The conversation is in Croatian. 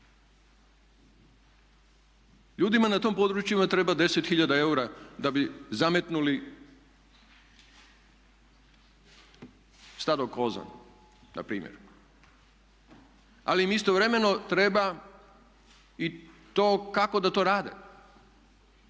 Ljudima na tom područjima treba 10 hiljada eura da bi zametnuli …/Govornik se ne razumije./… na primjer, ali im istovremeno treba i to kako da to rade.